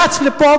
רץ לפה,